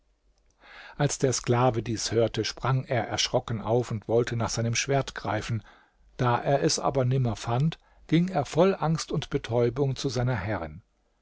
als der sklave dies hörte sprang er erschrocken auf und wollte nach seinem schwert greifen da er es aber nimmer fand ging er voll angst und betäubung zu seiner herrin